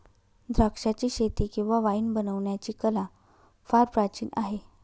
द्राक्षाचीशेती किंवा वाईन बनवण्याची कला फार प्राचीन आहे